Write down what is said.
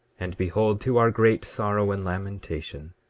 and behold, to our great sorrow and lamentation,